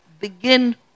Begin